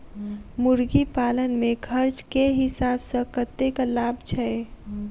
मुर्गी पालन मे खर्च केँ हिसाब सऽ कतेक लाभ छैय?